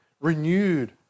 Renewed